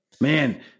Man